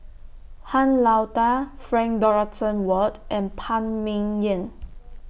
Han Lao DA Frank Dorrington Ward and Phan Ming Yen